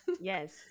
Yes